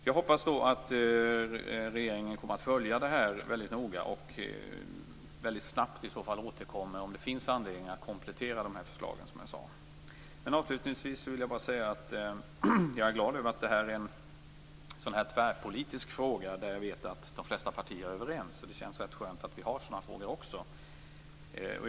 Jag hoppas alltså att regeringen noga kommer att följa frågan och att man snabbt återkommer om det visar sig att det finns anledning att komplettera förslagen. Jag är glad över att det här är en fråga där de flesta partier är överens. Det känns rätt skönt att vi har också sådana frågor.